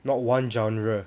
not one genre